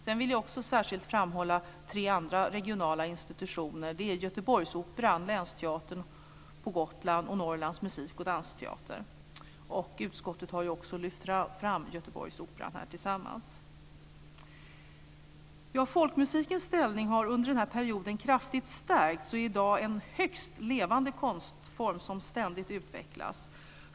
Sedan vill jag också särskilt framhålla tre andra regionala institutioner, nämligen Göteborgsoperan, Länsteatern på Gotland samt Norrlands musik och dansteater. Utskottet har också lyft fram Göteborgsoperan gemensamt. Folkmusiken har under den här perioden kraftigt stärkt sin ställning och är i dag en högst levande konstform som ständigt utvecklas.